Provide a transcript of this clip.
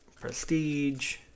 Prestige